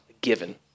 given